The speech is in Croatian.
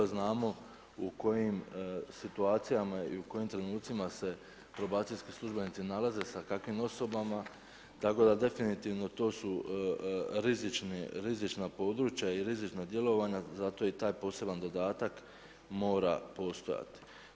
Znamo u kojim situacijama i u kojim trenucima se probacijski službenici nalaze sa kakvim osobama, tako da definitivno to su rizična područja i rizična djelovanja, zato i taj poseban dodatak mora postojati.